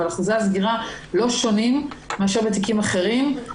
אבל אחוזי הסגירה הם לא שונים מאשר בתיקים אחרים.